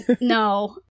No